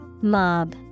Mob